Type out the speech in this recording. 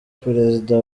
perezida